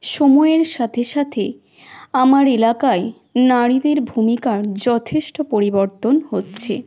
সময়ের সাথে সাথে আমার এলাকায় নারীদের ভূমিকার যথেষ্ট পরিবর্তন হচ্ছে